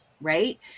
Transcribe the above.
right